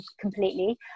completely